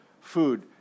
food